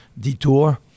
detour